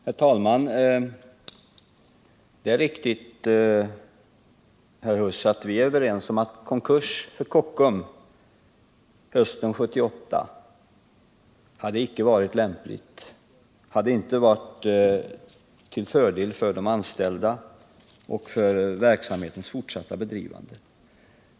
Herr talman! Det är riktigt, herr Huss, att vi är överens om att en konkurs för Kockums hösten 1978 icke hade varit lämplig. Det hade inte varit till fördel för de anställda och för verksamhetens fortsatta bedrivande.